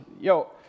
Yo